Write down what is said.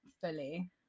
fully